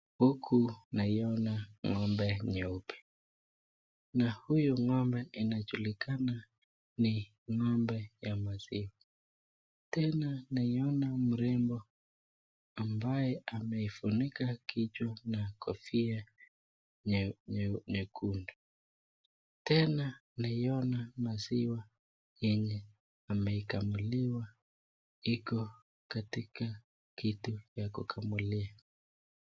Huku naiona ng'ombe nyeupe na huyu ng'ombe inajulikana ni ng'ombe ya maziwa. Tena naiona mrembo ambaye amefunika kijwa na kofia nyekundu. Tena naiona maziwa yenye imeikamuliwa iko katika kitu ya kukamulia.